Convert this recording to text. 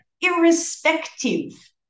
irrespective